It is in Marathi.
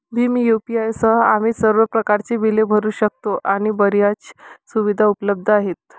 भीम यू.पी.आय सह, आम्ही सर्व प्रकारच्या बिले भरू शकतो आणि बर्याच सुविधा उपलब्ध आहेत